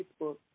Facebook